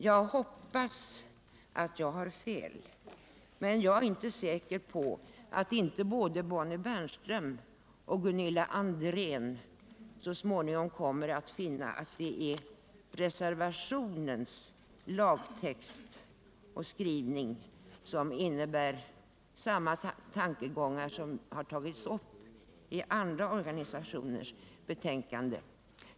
Jag hoppas att jag har fel, men jag är inte säker på att inte både Bonnie Bernström och Gunilla André så småningom kommer att finna att det är reservationens lagtext och skrivning som motsvarar de tankegångar som tagits upp i andra organisationers utlåtanden.